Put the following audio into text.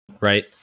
Right